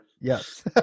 Yes